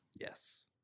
Yes